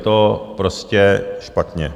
Je to prostě špatně.